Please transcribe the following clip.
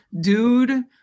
dude